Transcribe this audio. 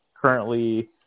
currently